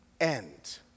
end